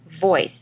voice